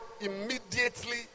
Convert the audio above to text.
immediately